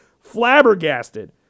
flabbergasted